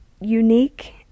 unique